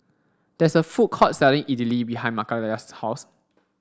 there is a food court selling Idili behind Makayla's house